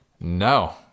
No